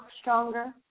stronger